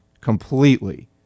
completely